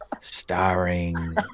starring